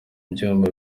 byuma